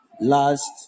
last